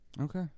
Okay